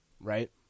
right